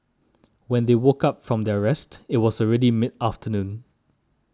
when they woke up from their rest it was already mid afternoon